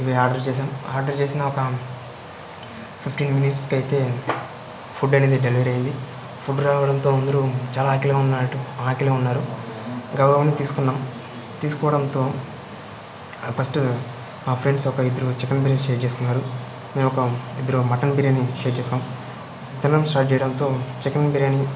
ఇవి ఆర్డర్ చేశాం ఆర్డర్ చేసిన ఒక ఫిఫ్టీన్ మినిట్స్కి అయితే ఫుడ్ అనేది డెలివరీ అయింది ఫుడ్ రావడంతో అందరూ చాలా ఆకలిగా ఉన్నటు ఆకలిగా ఉన్నారు గబగబా తీసుకునం తీసుకోవడంతో ఫస్ట్ మా ఫ్రెండ్స్ ఒక ఇద్దరూ చికెన్ బిర్యాని షేర్ చేసుకున్నారు మేము ఒక ఇద్దరు మటన్ బిర్యానీ షేర్ చేసాం తినడం స్టార్ట్ చేయడంతో చికెన్ బిర్యానీ